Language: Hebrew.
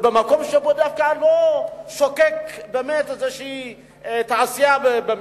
ודווקא במקום לא שוקק תעשייה במיוחד.